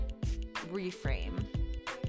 reframe